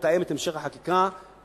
אני מתחייב לתאם את המשך החקיקה גם